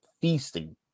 feasting